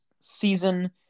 season